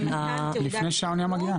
לפני שהאונייה מגיעה.